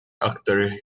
actor